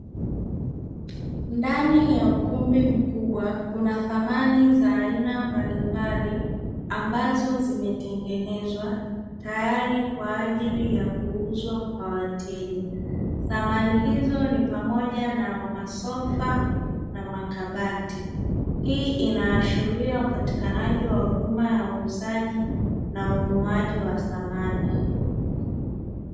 Ndani ya ukumbi mkubwa kuna samani za aina mbalimbal, ambazo zimetengenezwa tayari kwa ajili ya kuuzwa kwa wateja. Samani hizo ni pamoja na masofa na makabati. Hii inaashiria upatikanaji wa huduma ya uuzaji na ununuaji wa samani.